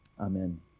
Amen